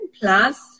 plus